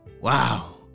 Wow